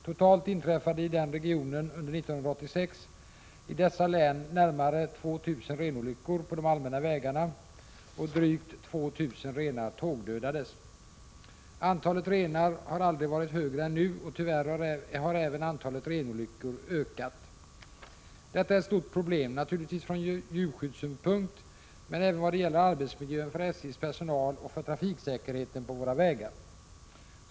Totalt inträffade i den regionen under 1986 i ifrågavarande län närmare 2 000 renolyckor på de allmänna vägarna, och drygt 2 000 renar tågdödades. Antalet renar har aldrig varit högre än nu, och tyvärr har även antalet renolyckor ökat. Detta är ett stort problem, naturligtvis från djurskyddssynpunkt men även vad gäller arbetsmiljön för SJ:s personal och för trafiksäkerheten på våra vägar.